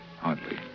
Hardly